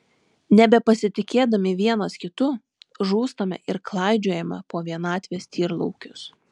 nebepasitikėdami vienas kitu žūstame ir klaidžiojame po vienatvės tyrlaukius